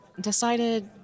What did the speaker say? decided